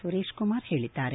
ಸುರೇಶ್ಕುಮಾರ್ ಹೇಳಿದ್ದಾರೆ